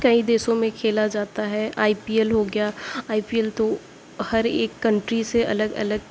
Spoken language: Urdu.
کئی دیسوں میں کھیلا جاتا ہے آئی پی ایل ہو گیا آئی پی ایل تو ہر ایک کنٹری سے الگ الگ